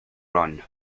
run